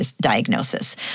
diagnosis